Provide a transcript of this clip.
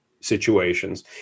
situations